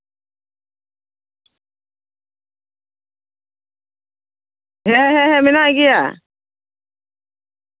ᱦᱮᱸ ᱦᱮᱸ ᱦᱮᱸ ᱢᱮᱱᱟᱜ ᱜᱮᱭᱟ